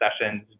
sessions